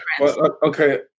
Okay